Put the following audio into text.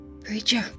Preacher